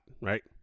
right